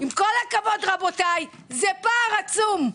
עם כל הכבוד רבותיי, זה פער עצום.